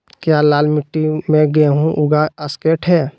क्या लाल मिट्टी में गेंहु उगा स्केट है?